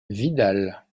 vidal